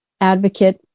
advocate